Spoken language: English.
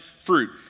fruit